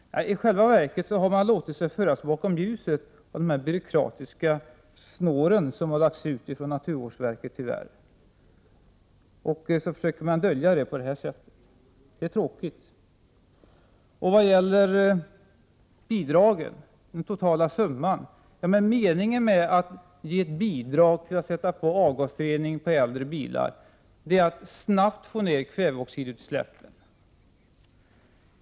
I själva verket har folkpartiet låtit sig föras bakom ljuset av de byråkratiska snår som naturvårdsverket tyvärr har lagt ut. Sedan försöker verket dölja det på detta sätt. Det är tråkigt. Meningen med att ge bidrag för avgasrening på äldre bilar är att snabbt få ned kväveoxidutsläppet.